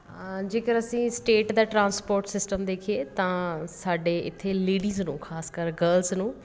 ਜੇਕਰ ਅਸੀਂ ਸਟੇਟ ਦਾ ਟਰਾਂਸਪੋਰਟ ਸਿਸਟਮ ਦੇਖੀਏ ਤਾਂ ਸਾਡੇ ਇੱਥੇ ਲੇਡੀਜ਼ ਨੂੰ ਖਾਸ ਕਰ ਗਰਲਸ ਨੂੰ